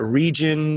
region